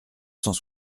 cent